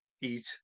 eat